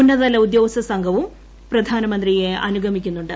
ഉന്നതതല ഉദ്യോഗസ്ഥ സംഘവും പ്രധാനമന്ത്രിയെ അനുഗമിക്കുന്നുണ്ട്